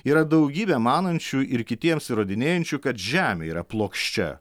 yra daugybė manančių ir kitiems įrodinėjančių kad žemė yra plokščia